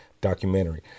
documentary